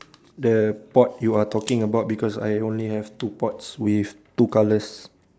the pot you are talking about because I only have two pots with two colours